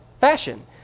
fashion